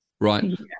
right